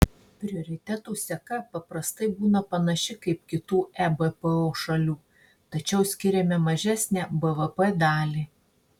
prioritetų seka paprastai būna panaši kaip kitų ebpo šalių tačiau skiriame mažesnę bvp dalį